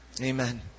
Amen